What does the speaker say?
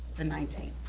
the nineteenth,